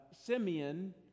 Simeon